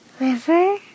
River